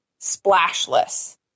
splashless